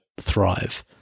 thrive